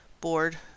board